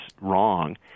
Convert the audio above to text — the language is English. wrong